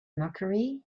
mercury